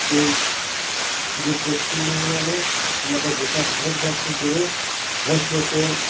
এই শুধু পশ্চিমবাংলা নয় আমাদের গোটা ভারতবর্ষ জুড়ে ভোজ্য তেল